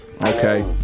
Okay